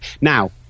Now